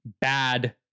bad